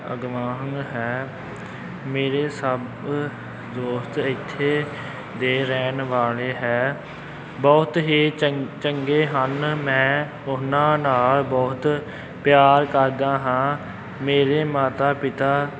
ਅਗਮਾਹਮ ਹੈ ਮੇਰੇ ਸਭ ਦੋਸਤ ਇੱਥੇ ਦੇ ਰਹਿਣ ਵਾਲੇ ਹੈ ਬਹੁਤ ਹੀ ਚੰਗ ਚੰਗੇ ਹਨ ਮੈਂ ਉਹਨਾਂ ਨਾਲ ਬਹੁਤ ਪਿਆਰ ਕਰਦਾ ਹਾਂ ਮੇਰੇ ਮਾਤਾ ਪਿਤਾ